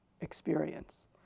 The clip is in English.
experience